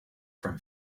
from